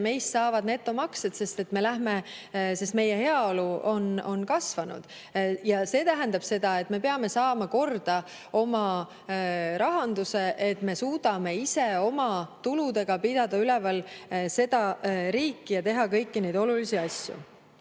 meist saavad netomaksjad, sest meie heaolu on kasvanud. See tähendab seda, et me peame saama korda oma rahanduse, et me suudaksime ise oma tuludega pidada üleval riiki ja teha kõiki neid olulisi